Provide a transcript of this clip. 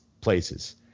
places